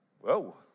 Whoa